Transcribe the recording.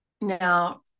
now